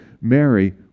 Mary